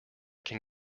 can